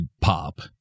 pop